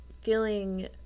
feeling